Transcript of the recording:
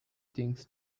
things